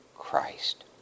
Christ